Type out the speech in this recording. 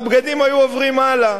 והבגדים היו עוברים הלאה,